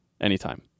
anytime